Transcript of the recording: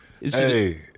Hey